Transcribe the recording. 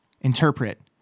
Interpret